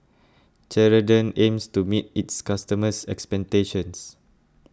Ceradan aims to meet its customers' expectations